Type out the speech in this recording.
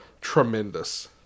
tremendous